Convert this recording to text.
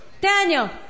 Daniel